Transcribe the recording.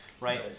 right